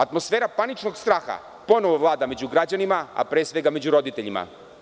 Atmosfera paničnog straha ponovo vlada među građanima, a pre svega među roditeljima.